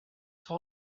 for